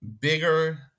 bigger